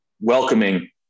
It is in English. welcoming